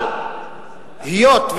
אבל היות,